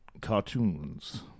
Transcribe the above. cartoons